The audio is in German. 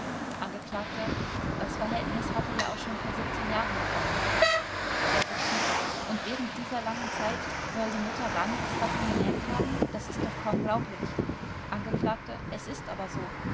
angekl das verhältnis hatte ja auch schon vor jahren begonnen vors und während dieser langen zeit soll die mutter gar nichts davon gemerkt haben das ist doch kaum glaublich angekl es ist aber so